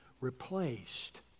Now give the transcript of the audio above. replaced